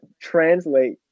translate